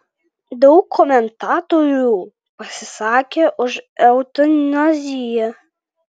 daug komentatorių pasisakė už eutanaziją